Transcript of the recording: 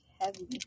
heavy